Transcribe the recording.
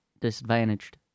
disadvantaged